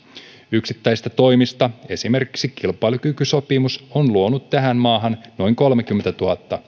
yksittäisistä toimista esimerkiksi kilpailukykysopimus on luonut tähän maahan noin kolmekymmentätuhatta